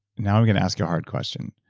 now i'm going to ask you a hard question,